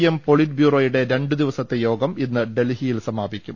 M പോളിറ്റ്ബ്യൂറോയുടെ രണ്ടുദിവസത്തെ യോഗം ഇന്ന് ഡൽഹിയിൽ സമാപിക്കും